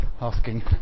asking